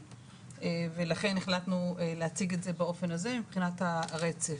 ולכן החלטנו להציג את זה באופן הזה מבחינת הרצף.